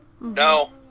No